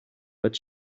but